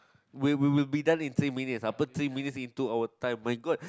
we we we'll be done in three minutes uh put three minutes into our time my god